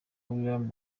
nillan